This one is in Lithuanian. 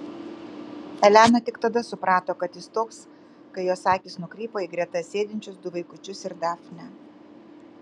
elena tik tada suprato kas jis toks kai jos akys nukrypo į greta sėdinčius du vaikučius ir dafnę